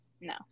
no